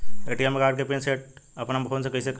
ATM card के PIN set अपना phone से कइसे करेम?